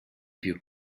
più